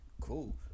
cool